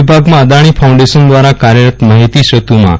વિભાગમાં અદાણી ફાઉન્ડેશન દ્વારા કાર્યરત માફિતી સેતુમાં જી